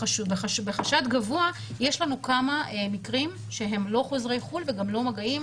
בחשד גבוה יש לנו כמה מקרים שהם לא חוזרי חו"ל וגם לא מגעים,